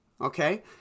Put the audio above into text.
okay